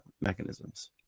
mechanisms